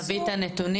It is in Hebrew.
נביא את הנתונים,